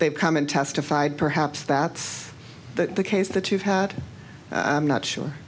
they've come in testified perhaps that's the case that you've had i'm not sure